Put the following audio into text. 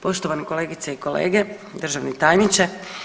Poštovane kolegice i kolege, državni tajniče.